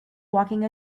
walking